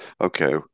okay